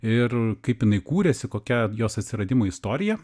ir kaip jinai kūrėsi kokia jos atsiradimo istorija